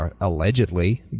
allegedly